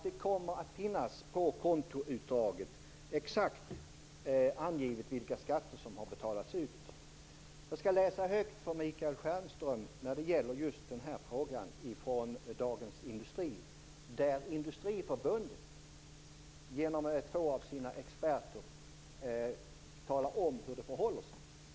Det kommer att anges på kontoutdraget exakt vilka skatter som har betalats. Jag skall just i den här frågan läsa högt för Michael Stjernström ur Dagens Industri, där Industriförbundet genom två av sina experter talar om hur det förhåller sig.